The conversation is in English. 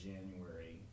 January